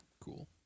Cool